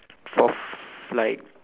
forth like